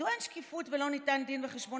מדוע אין שקיפות ולא ניתן דין וחשבון